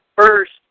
first